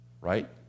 right